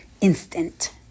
instant